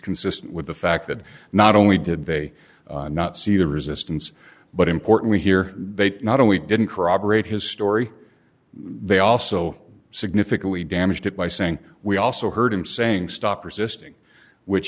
consistent with the fact that not only did they not see the resistance but important to hear they not only didn't corroborate his story they also significantly damaged it by saying we also heard him saying stop resisting which